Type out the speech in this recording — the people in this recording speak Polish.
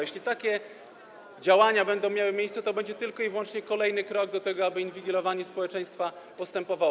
Jeśli takie działania będą miały miejsce, to będzie to tylko i wyłącznie kolejny krok do tego, aby postępowało inwigilowanie społeczeństwa.